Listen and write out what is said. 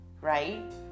Right